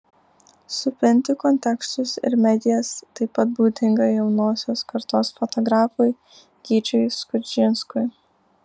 supinti kontekstus ir medijas taip pat būdinga jaunosios kartos fotografui gyčiui skudžinskui